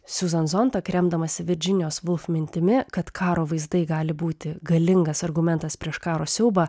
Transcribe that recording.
siuzan zontok remdamasi virdžinijos vulf mintimi kad karo vaizdai gali būti galingas argumentas prieš karo siaubą